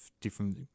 different